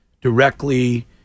directly